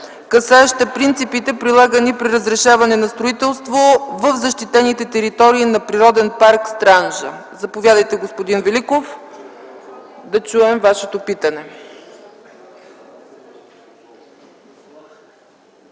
касаеща принципите, прилагани при разрешаване на строителство в защитените територии на Природен парк „Странджа”. Заповядайте, господин Великов, да чуем Вашето питане.